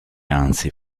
anzi